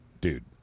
dude